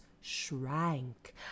shrank